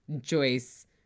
Joyce